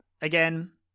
again